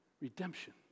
Redemption